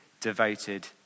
devoted